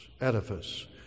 edifice